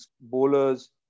bowlers